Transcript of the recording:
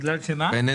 בין איזה משרדים?